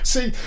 See